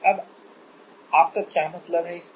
अब आपका क्या मतलब है इससे